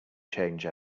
change